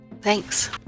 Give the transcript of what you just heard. Thanks